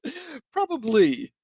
probably.